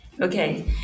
Okay